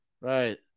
Right